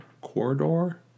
corridor